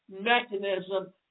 mechanism